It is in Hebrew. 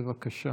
בבקשה,